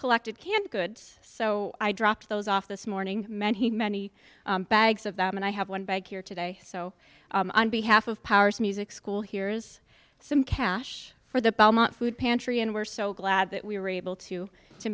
collected canned goods so i dropped those off this morning many many bags of them and i have one bag here today so on behalf of powers music school here's some cash for the belmont food pantry and we're so glad that we were able to to